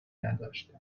نداشتند